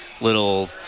little